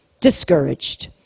Discouraged